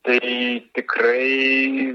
tai tikrai